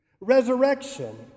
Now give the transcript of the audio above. resurrection